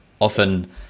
often